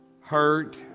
hurt